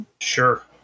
Sure